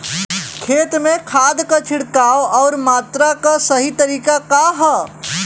खेत में खाद क छिड़काव अउर मात्रा क सही तरीका का ह?